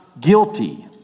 guilty